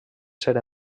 ser